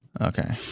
Okay